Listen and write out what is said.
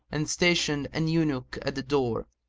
and stationed an eunuch at the door.